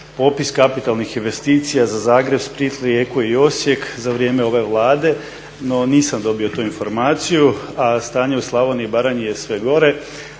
popis kapitalnih investicija za Zagreb, Split, Rijeku i Osijek za vrijeme ove Vlade no nisam dobio tu informaciju, a stanje u Slavoniji i Baranji je sve gore.